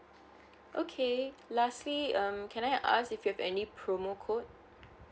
okay lastly um can I ask if you have any promo code